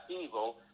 evil